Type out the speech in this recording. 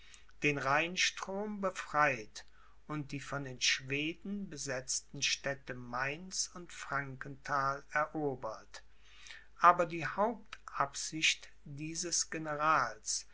den rheinstrom befreit und die von den schweden besetzten städte mainz und frankenthal erobert aber die hauptabsicht dieses generals